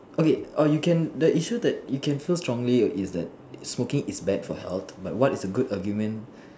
okay or you can the issue that you can feel strongly smoking is bad for health but what is a good argument